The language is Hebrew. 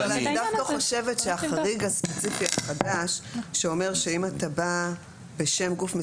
אני דווקא חושבת שהחריג הספציפי החדש שאומר שאם אתה בא בשם גוף מסוים,